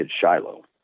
Shiloh